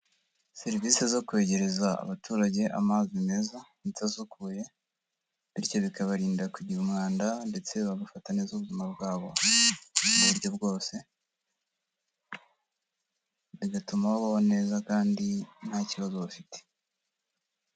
Serivisi zo kwegereza abaturage amazi meza ndetse asukuye, bityo bikabarinda kugira umwanda ndetse bagafata neza ubuzima bwabo, mu buryo bwose, bigatuma babaho neza kandi nta kibazo bafite.